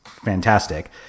fantastic